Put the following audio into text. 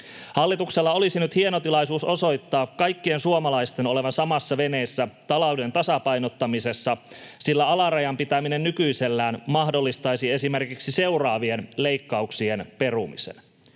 Hallituksella olisi nyt hieno tilaisuus osoittaa kaikkien suomalaisten olevan samassa veneessä talouden tasapainottamisessa, sillä alarajan pitäminen nykyisellään mahdollistaisi esimerkiksi seuraavien leikkauksien perumisen.